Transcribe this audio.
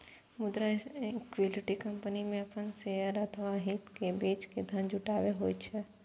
मुदा equity company मे अपन शेयर अथवा हित बेच के धन जुटायब होइ छै